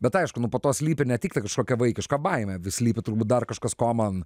bet aišku nu po to slypi ne tiktai kažkokia vaikiška baimė slypi turbūt dar kažkas ko man